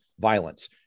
violence